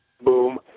boom